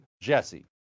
JESSE